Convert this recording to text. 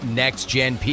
next-gen